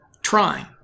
trying